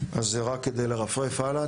אז רק כדי לרפרף הלאה,